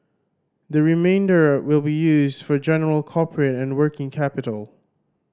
the remainder will be used for general corporate and working capital